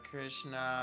Krishna